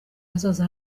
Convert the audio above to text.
hazaza